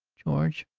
george!